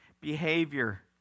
behavior